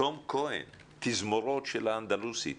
תום כהן, תזמורות של האנדלוסית,